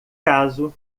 caso